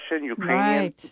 Ukrainian